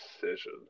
decision